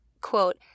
quote